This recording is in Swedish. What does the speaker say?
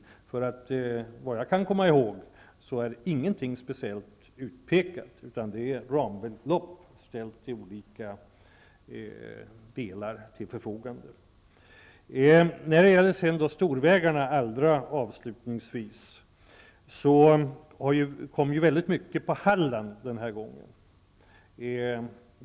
Efter vad jag kan komma ihåg är ingenting speciellt utpekat, utan det är fråga om rambelopp som står till förfogande för olika delar. När det gäller storvägarna sker en stor del av satsningarna i Halland den här gången.